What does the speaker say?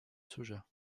soja